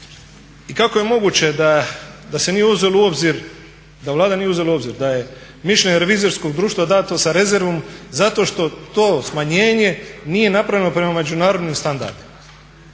i kako je moguće da Vlada nije uzela u obzir da je mišljenje revizorskog društva dato sa rezervom zato što to smanjenje nije napravljeno prema međunarodnim standardima.